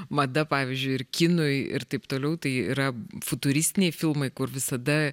mada pavyzdžiui ir kinui ir taip toliau tai yra futuristiniai filmai kur visada